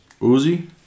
Uzi